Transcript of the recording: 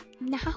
now